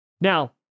Now